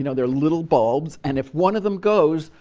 you know they're little bulbs, and if one of them goes,